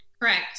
Correct